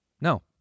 No